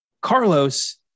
Carlos